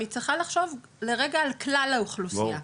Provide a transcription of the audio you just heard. היא צריכה לחשוב לרגע על כלל האוכלוסייה,